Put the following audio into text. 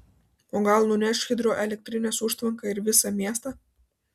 o gal nuneš hidroelektrinės užtvanką ir visą miestą